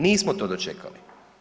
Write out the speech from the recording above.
Nismo to dočekali.